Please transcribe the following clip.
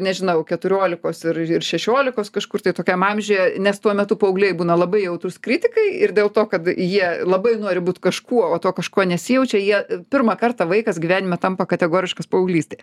nežinau keturiolikos ir ir šešiolikos kažkur tai tokiam amžiuje nes tuo metu paaugliai būna labai jautrūs kritikai ir dėl to kad jie labai nori būti kažkuo kažkuo nesijaučia jie pirmą kartą vaikas gyvenime tampa kategoriškas paauglystėje